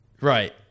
Right